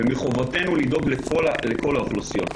ומחובתנו לדאוג לכל האוכלוסיות.